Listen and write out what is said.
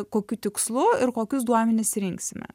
kokiu tikslu ir kokius duomenis rinksime